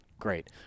Great